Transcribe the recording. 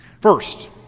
First